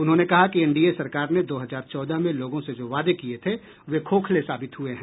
उन्होंने कहा कि एनडीए सरकार ने दो हजार चौदह में लोगों से जो वादे किये थे वे खोखले साबित हुये हैं